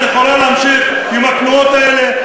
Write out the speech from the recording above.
את יכולה להמשיך עם התנועות האלה,